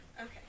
Okay